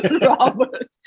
Robert